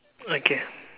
okay